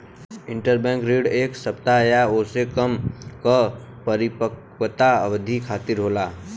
interbank ऋण एक सप्ताह या ओसे कम क परिपक्वता अवधि खातिर होला